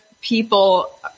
people